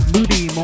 Moody